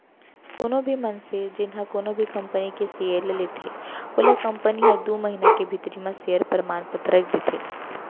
कोनो भी मनसे जेन ह कोनो भी कंपनी के सेयर ल लेथे ओला कंपनी ह दू महिना के भीतरी म सेयर परमान पतरक देथे